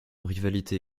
rivalité